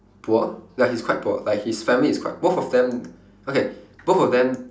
poor ya he's quite poor like his family is quite both of them okay both of them